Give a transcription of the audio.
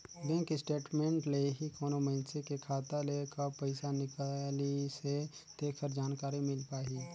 bank statement ले ही कोनो मइनसे के खाता ले कब पइसा निकलिसे तेखर जानकारी मिल पाही